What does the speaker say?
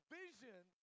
vision